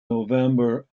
november